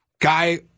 guy